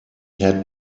had